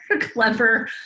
clever